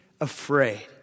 afraid